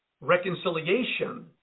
reconciliation